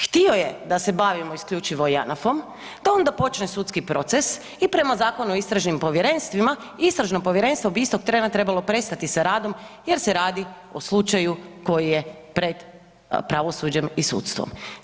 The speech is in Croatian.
Htio je da se bavimo isključivo Janafom, da onda počne sudski proces i prema Zakonu o istražnim povjerenstvima, istražno povjerenstvo bi istog trena trebalo prestati sa radom jer se radi o slučaju koji je pred pravosuđem i sudstvom.